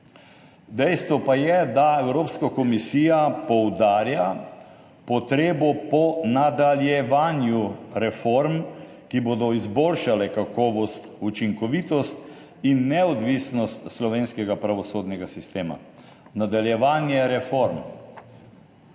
Dejstvo pa je, da Evropska komisija poudarja potrebo po nadaljevanju reform, ki bodo izboljšale kakovost, učinkovitost in neodvisnost slovenskega pravosodnega sistema. Nadaljevanje reform.